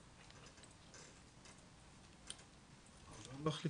12:04.